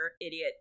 idiot